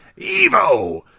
Evo